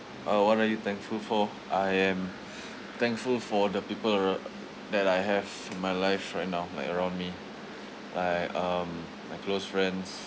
uh what are you thankful for I am thankful for the people ar~ that I have in my life right now like around me like um my close friends